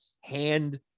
hand